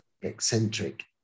eccentric